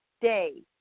day